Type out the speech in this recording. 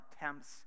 attempts